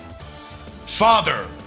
Father